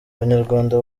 banyarwanda